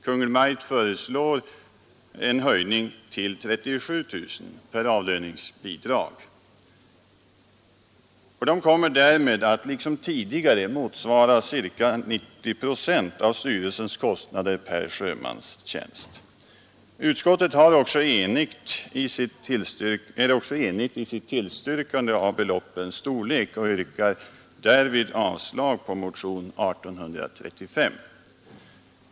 Kungl. Maj:t föreslår en höjning till 37 000 kronor per avlöningsbidrag De kommer därmed att, liksom tidigare, motsvara ungefär 90 procent av styrelsens kostnader per sjömanstjänst. Utskottet är också enigt i sitt tillstyrkande av förslaget beträffande beloppets storlek och yrkar därmed avslag på motionen 1835.